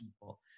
people